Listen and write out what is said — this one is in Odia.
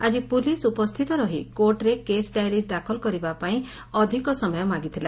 ଆଜି ପୁଲିସ୍ ଉପସ୍ଥିତ ରହି କୋର୍ଟରେ କେଶ୍ ଡାଏରୀ ଦାଖଲ କରିବା ପାଇଁ ଅଧିକ ସମୟ ମାଗିଥିଲା